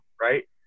right